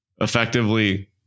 effectively